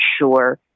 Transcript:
sure